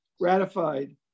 ratified